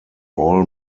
all